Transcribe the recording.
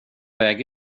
väg